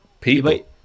People